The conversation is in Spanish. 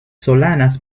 solanas